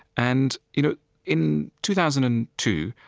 and you know in two thousand and two,